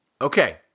Okay